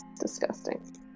disgusting